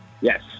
Yes